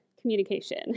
communication